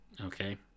Okay